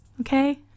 Okay